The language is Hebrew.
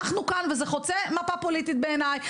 הדבר הזה חוצה מפה פוליטית בעיניי,